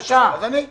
אדוני היושב-ראש,